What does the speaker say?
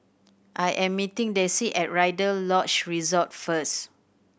I am meeting Dessie at Rider Lodge Resort first